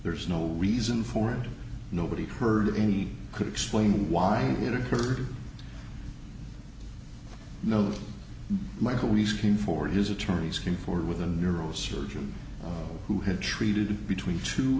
there's no reason for it nobody heard any could explain why it occurred no michael rescreen for his attorneys came forward with a neurosurgeon who had treated between two